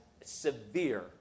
severe